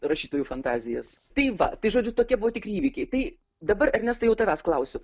rašytojų fantazijas tai va žodžiu tokie buvo tikri įvykiai tai dabar ernestai jau tavęs klausiu